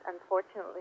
unfortunately